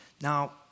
Now